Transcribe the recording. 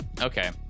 Okay